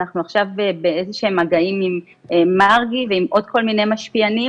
אנחנו עכשיו באיזה שהם מגעים עם מרגי ועם עוד כל מיני משפיענים.